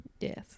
Yes